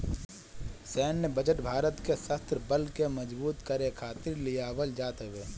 सैन्य बजट भारत के शस्त्र बल के मजबूत करे खातिर लियावल जात हवे